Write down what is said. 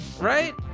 right